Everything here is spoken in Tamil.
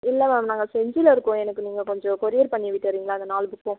இல்லை மேம் நாங்கள் செஞ்சியில் இருக்கோம் எனக்கு நீங்கள் கொஞ்சம் கொரியர் பண்ணிவிட்டுறீங்களா அந்த நாலு புக்கும்